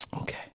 Okay